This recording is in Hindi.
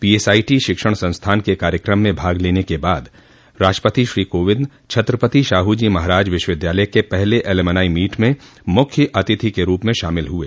पीएसआईटी शिक्षण संस्थान के कार्यक्रम में भाग लेने के बाद राष्ट्रपति श्री कोविंद छत्रपति शाहूजी महाराज विश्वविद्यालय के पहले एल्युमिनाई मीट में मुख्य अतिथि के रूप में शामिल हुए